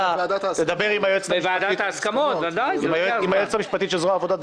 תדבר עם היועצת המשפטית של ועדת הכספים.